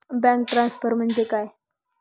Bank transfer म्हणजे काय?